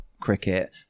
cricket